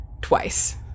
Twice